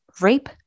rape